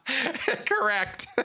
Correct